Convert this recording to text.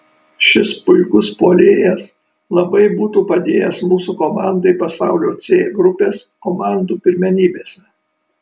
šis puikus puolėjas labai būtų padėjęs mūsų komandai pasaulio c grupės komandų pirmenybėse